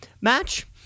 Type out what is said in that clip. match